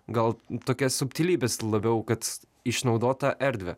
gal tokias subtilybes labiau kad išnaudot tą erdvę